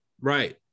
Right